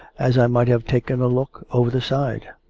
as i might have taken a look over the side.